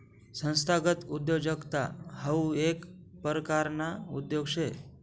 संस्थागत उद्योजकता हाऊ येक परकारना उद्योग शे